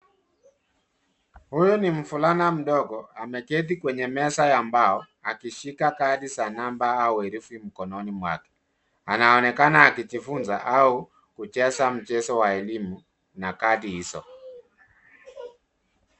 Huyu ni mvulana mdogo ameketi kwenye meza ya mbao akishika kadi za namba au herufi mkononi mwake. Anaonekana akijifunza au kucheza mchezo wa elimu na kadi hizo.